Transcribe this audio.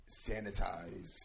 sanitize